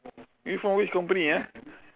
you from which company ah